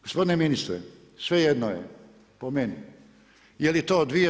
Gospodine ministre, svejedno je po meni je li to 2/